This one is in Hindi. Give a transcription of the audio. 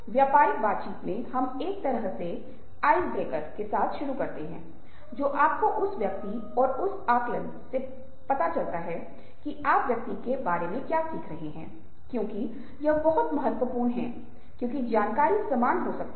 तो आप पाते हैं कि यदि आप इन सभी तत्वों को देख रहे हैं तो संभवतः आपको हमें यह कहने की आवश्यकता है कि हमें सहानुभूति के लिए बहुत मजबूत तर्क की आवश्यकता नहीं है